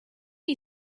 you